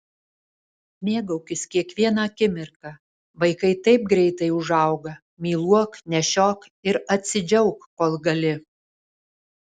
mėgaukis kiekviena akimirka vaikai taip greitai užauga myluok nešiok ir atsidžiauk kol gali